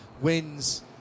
wins